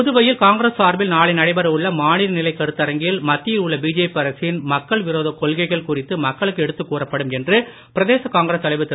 புதுவையில் காங்கிரஸ் சார்பில் நாளை நடைபெற உள்ள மாநில நிலைக் கருத்தரங்கில் மத்தியில் உள்ள பிஜேபி அரசின் மக்கள் விரோதக் கொள்கைகள் குறித்து மக்களுக்கு எடுத்துக் கூறப்படும் என்று பிரதேச காங்கிரஸ் தலைவர் திரு